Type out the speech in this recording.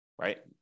right